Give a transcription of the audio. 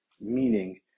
meaning